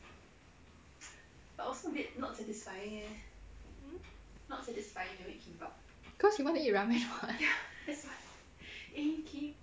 cause you want to eat ramen [what]